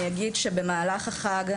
אני אגיד שבמהלך החג,